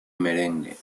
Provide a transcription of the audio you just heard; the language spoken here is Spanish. merengue